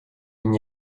n’y